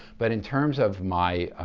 but in terms of my